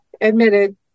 admitted